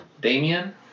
Damien